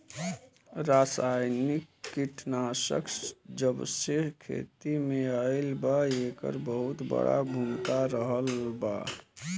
रासायनिक कीटनाशक जबसे खेती में आईल बा येकर बहुत बड़ा भूमिका रहलबा